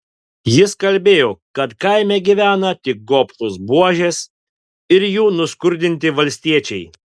jis kalbėjo kad kaime gyvena tik gobšūs buožės ir jų nuskurdinti valstiečiai